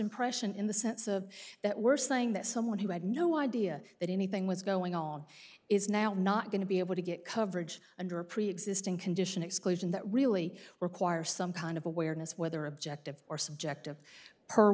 impression in the sense of that worst thing that someone who had no idea that anything was going on is now not going to be able to get coverage under a preexisting condition exclusion that really require some kind of awareness whether objective or subjective per